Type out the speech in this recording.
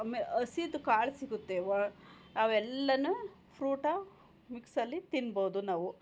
ಆಮೇ ಹಸಿದು ಕಾಳು ಸಿಗುತ್ತೆ ವ ಅವೆಲ್ಲವನ್ನು ಫ್ರೂಟ ಮಿಕ್ಸಲ್ಲಿ ತಿನ್ಬೋದು ನಾವು